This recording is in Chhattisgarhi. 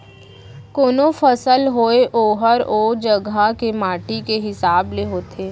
कोनों फसल होय ओहर ओ जघा के माटी के हिसाब ले होथे